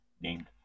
Named